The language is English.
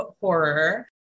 horror